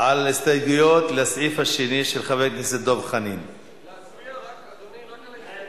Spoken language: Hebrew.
הדוגמה הקלאסית היא כמובן המעמד שיש לארגוני האוהדים בגרמניה,